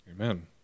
Amen